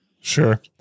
Sure